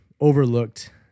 overlooked